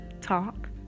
talk